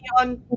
on